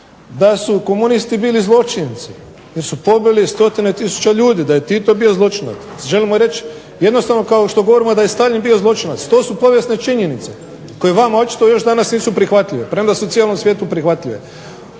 da su komunisti bili zločinci jer su pobili stotine tisuća ljudi, da je Tito bio zločinac. Želimo reći jednostavno kao što govorimo da je Staljin bio zločinac to su povijesne činjenice koje vama očito još danas nisu prihvatljive premda su cijelom svijetu prihvatljive.